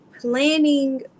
planning